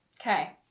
Okay